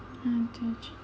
one two three